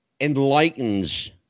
enlightens